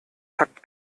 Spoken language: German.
takt